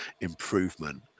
improvement